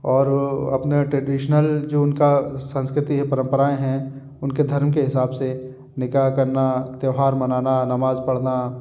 और अपने ट्रेडीशनल जो उनका संस्कृति है परम्पराएँ हैं उनके धर्म के हिसाब से निकाह करना त्योहार मनाना नमाज़ पढ़ना